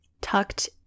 tucked